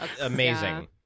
amazing